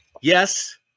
Yes